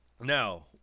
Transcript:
now